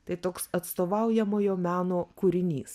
tai toks atstovaujamojo meno kūrinys